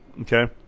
Okay